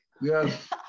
Yes